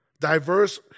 diverse